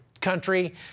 country